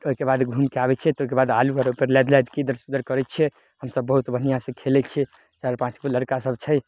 ओइके बाद घूमिके आबय छियै तऽ ओइके बाद आलू बोरा ओइपर लादि लादिके इधरसँ उधर करय छियै हमसभ बहुत बढ़िआँसँ खेलय छियै चारि पाँचगो लड़िका सभ छै